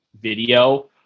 video